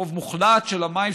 רוב מוחלט של המים,